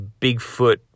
Bigfoot